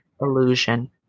illusion